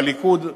בליכוד,